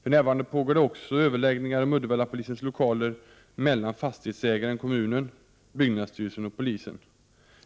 För närvarande pågår det också överläggningar om Uddevallapolisens lokaler mellan fastighetsägaren-kommunen och byggnadsstyrelsen och polisen.